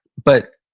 but